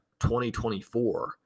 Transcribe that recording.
2024